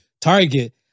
Target